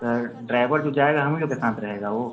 sir driver जो जाएगा हमी लोग के साथ रहेगा वो